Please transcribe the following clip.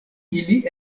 ili